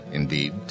indeed